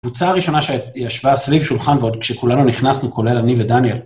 הקבוצה הראשונה שישבה סביב שולחן ועוד כשכולנו נכנסנו, כולל אני ודניאל,